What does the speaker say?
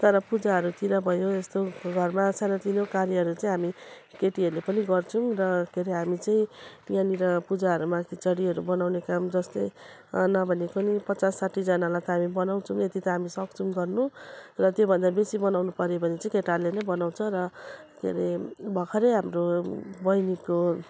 तर पूजाहरूतिर भयो यस्तो घरमा सानोतिनो कार्यहरू चाहिँ हामी केटीहरूले पनि गर्छौँ र के रे हामी चाहिँ यहाँनिर पूजाहरूमा खिचडीहरू बनाउने काम जस्तै नभने पनि पचास साठी जनालाई त हामी बनाउँछौँ यति त हामी सक्छौँ गर्नु र त्योभन्दा बेसी बनाउनुपर्यो भने चाहिँ केटाहरूले नै बनाउँछ र के रे भर्खरै हाम्रो बहिनीको